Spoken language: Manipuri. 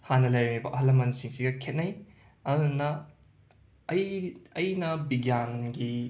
ꯍꯥꯟꯅ ꯂꯩꯔꯝꯃꯤꯕ ꯑꯍꯜ ꯂꯃꯟꯁꯤꯡꯁꯤꯒ ꯈꯦꯠꯅꯩ ꯑꯗꯨꯗꯨꯅ ꯑꯩ ꯑꯩꯅ ꯕꯤꯒ꯭ꯌꯥꯟꯒꯤ